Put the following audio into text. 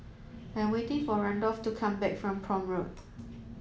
I am waiting for Randolph to come back from Prome Road